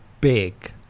Big